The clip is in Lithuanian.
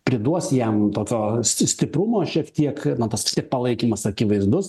priduos jam tokio si stiprumo šiek tiek na tas vis tiek palaikymas akivaizdus